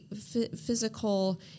physical